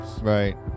Right